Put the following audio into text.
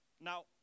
Now